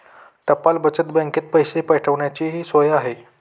टपाल बचत बँकेत पैसे काढण्याचीही सोय आहे